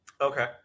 Okay